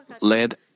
led